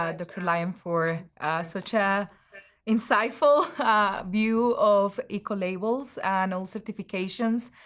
ah dr. lyon, for ah such a insightful view of ecolabels and all certifications.